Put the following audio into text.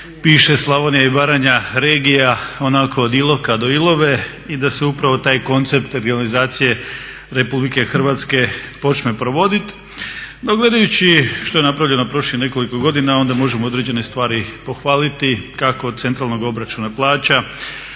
Slavonija i Baranja regija, onako od Iloka do Ilove i da se upravo taj koncept regionalizacije Republike Hrvatske počne provoditi. No, gledajući što je napravljeno prošlih nekoliko godina onda možemo određene stvari pohvaliti kako od centralnog obračuna plaća